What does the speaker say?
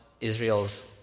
Israel's